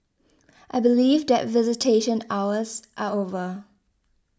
I believe that visitation hours are over